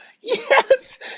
Yes